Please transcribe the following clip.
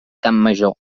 campmajor